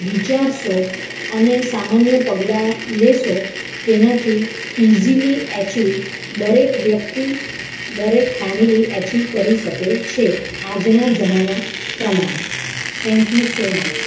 વિચારશો અને સામાન્ય પગલાં લેશો તેનાથી ઇઝીલી એચિવ દરેક વ્યક્તિ દરેક ફેમેલી એચિવ કરી શકે છે આજના જમાના પ્રમાણે થેન્ક યુ સો મચ